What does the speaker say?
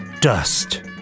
Dust